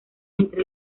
entre